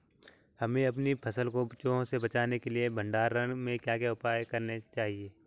हमें अपनी फसल को चूहों से बचाने के लिए भंडारण में क्या उपाय करने चाहिए?